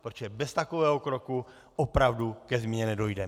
Protože bez takového kroku opravdu ke změně nedojdeme.